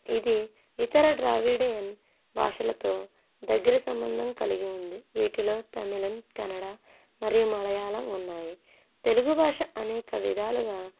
ఇది ఇతర ద్రావిడియన్ భాషలతో దగ్గర సంబంధం కలిగి ఉంది వీటిలో తమిళం కన్నడ మరియు మళయాళం ఉన్నాయి తెలుగు భాష అనేక విధాలుగా